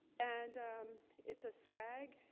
and it's a swag,